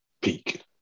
peak